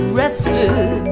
rested